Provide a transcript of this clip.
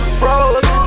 froze